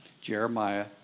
Jeremiah